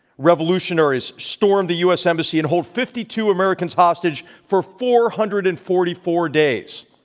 revolutionaries stormed the u. s. embassy and hold fifty two americans hostage for four hundred and forty four days.